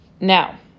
Now